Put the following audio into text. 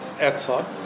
outside